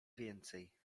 więcej